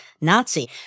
Nazi